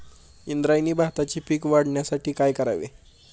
इंद्रायणी भाताचे पीक वाढण्यासाठी काय करावे?